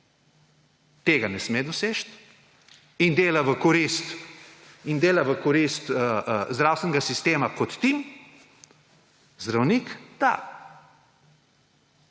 tega ne sme doseči in dela v korist zdravstvenega sistema kot tim, zdravnik da.